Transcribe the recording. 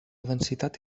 densitat